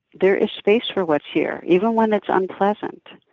there is space for what's here, even when it's unpleasant,